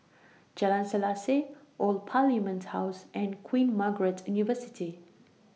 Jalan Selaseh Old Parliament House and Queen Margaret University